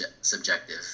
subjective